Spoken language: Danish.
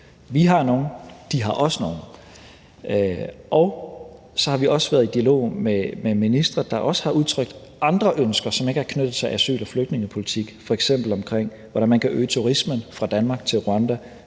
vi har nogle, og de har også nogle. Og så har vi også været i dialog med ministre, der har udtrykt andre ønsker, som ikke har knyttet sig til asyl- og flygtningepolitik, f.eks. omkring hvordan man kan øge turismen fra Danmark til Rwanda,